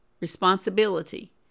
responsibility